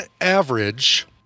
average